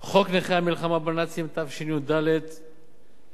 חוק נכי המלחמה בנאצים, התשי"ד 1954,